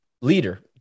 leader